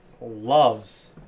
loves